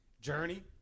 journey